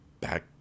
back